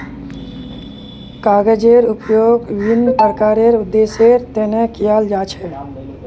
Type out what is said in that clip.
कागजेर उपयोग विभिन्न प्रकारेर उद्देश्येर तने कियाल जा छे